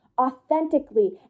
authentically